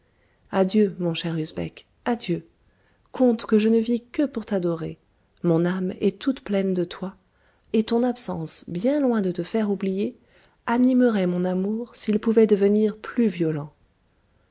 adieu mon cher usbek adieu compte que je ne vis que pour t'adorer mon âme est toute pleine de toi et ton absence bien loin de te faire oublier animeroit mon amour s'il pouvoit devenir plus violent